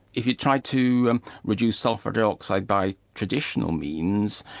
if you tried to reduce sulphur dioxide by traditional means,